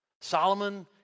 Solomon